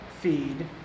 feed